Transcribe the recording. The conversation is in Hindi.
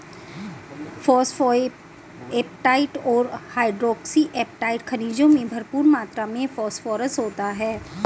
फोस्फोएपेटाईट और हाइड्रोक्सी एपेटाईट खनिजों में भरपूर मात्र में फोस्फोरस होता है